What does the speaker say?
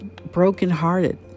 brokenhearted